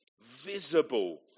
visible